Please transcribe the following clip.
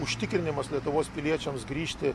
užtikrinimas lietuvos piliečiams grįžti